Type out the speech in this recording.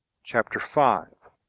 chapter five.